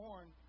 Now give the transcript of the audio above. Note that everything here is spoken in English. Born